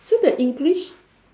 so the english